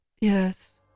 Yes